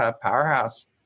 powerhouse